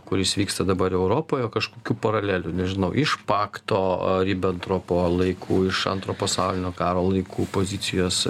kuris vyksta dabar europoje kažkokių paralelių nežinau iš pakto ribentropo laikų iš antro pasaulinio karo laikų pozicijos